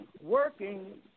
working